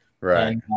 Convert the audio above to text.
right